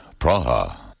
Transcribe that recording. Praha